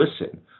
listen